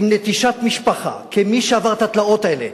עם נטישת משפחה, כמי שעבר את התלאות האלה,